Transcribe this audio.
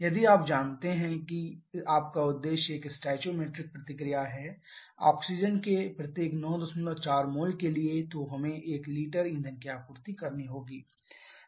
यदि आप जानते हैं कि आपका उद्देश्य एक स्टोइकोमेट्रिक प्रतिक्रिया है ऑक्सीजन के प्रत्येक 94 मोल्स के लिए तो हमें 1 लीटर ईंधन की आपूर्ति करनी होगी